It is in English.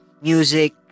music